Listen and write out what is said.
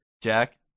Jack